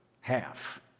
half